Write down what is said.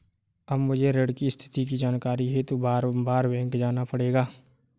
अब मुझे ऋण की स्थिति की जानकारी हेतु बारबार बैंक नहीं जाना पड़ेगा